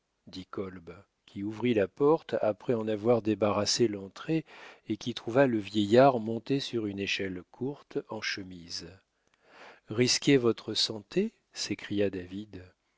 qui ouvrit la porte après en avoir débarrassé l'entrée et qui trouva le vieillard monté sur une échelle courte en chemise risquer votre santé s'écria david